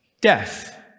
Death